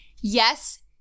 Yes